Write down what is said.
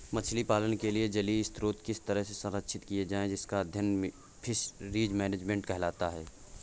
मछली पालन के लिए जलीय स्रोत किस तरह से संरक्षित किए जाएं इसका अध्ययन फिशरीज मैनेजमेंट कहलाता है